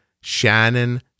Shannon